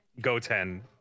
Goten